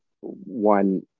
one